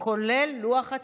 כולל לוח התיקונים.